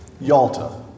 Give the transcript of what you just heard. Yalta